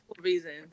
reasons